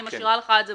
אני משאירה לך את זה,